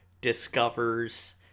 discovers